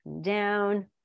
down